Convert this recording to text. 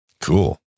Cool